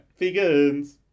Vegans